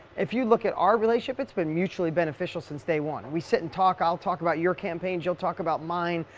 if you look at our relationship, it's been mutually beneficial since day one. we sit and talk. i'll talk about your campaigns, you'll talk about mine.